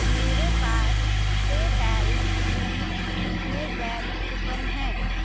मेरे पास पेपैल में कितने वैध कूपन हैं